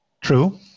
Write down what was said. True